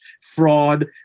fraud